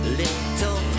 little